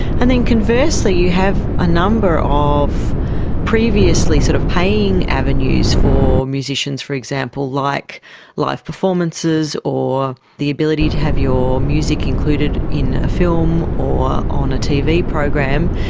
and then conversely you have a number of previously sort of paying avenues for musicians, for example, like live performances or the ability to have your music included in a film or on a tv program.